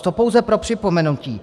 To pouze pro připomenutí.